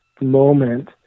moment